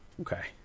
okay